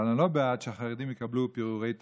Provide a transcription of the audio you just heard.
אבל אני לא בעד שהחרדים יקבלו פירורי תקציב.